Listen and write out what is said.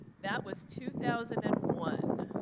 that was two thousand and one.